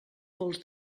pols